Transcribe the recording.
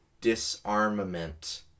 disarmament